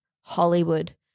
Hollywood